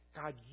God